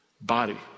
body